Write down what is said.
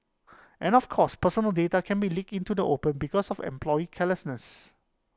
and of course personal data can be leaked into the open because of employee carelessness